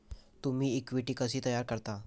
तुम्ही इक्विटी कशी तयार करता?